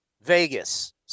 Vegas